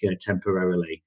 temporarily